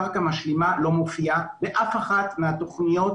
קרקע משלימה לא מופיעה באף אחת מהתכניות